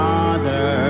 Father